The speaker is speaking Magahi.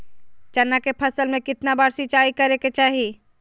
चना के फसल में कितना बार सिंचाई करें के चाहि?